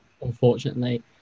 unfortunately